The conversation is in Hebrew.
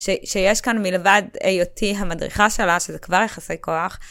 שיש כאן מלבד היותי המדריכה שלה, שזה כבר יחסי כוח.